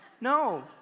No